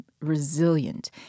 resilient